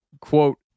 quote